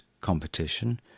competition